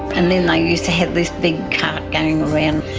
and then they used to have this big cart going around,